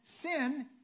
sin